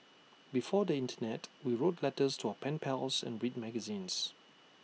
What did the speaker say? before the Internet we wrote letters to our pen pals and read magazines